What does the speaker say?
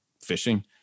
fishing